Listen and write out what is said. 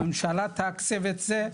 הממשלה תתקצב את זה,